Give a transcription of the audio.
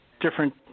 different